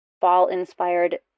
fall-inspired